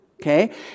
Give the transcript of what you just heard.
Okay